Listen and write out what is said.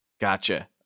Gotcha